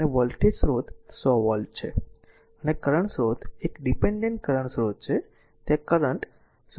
અને વોલ્ટેજ સ્રોત 100 વોલ્ટ છે અને કરંટ સ્રોત એક ડીપેન્ડેન્ટ કરંટ સ્રોત છે ત્યાં કરંટ 0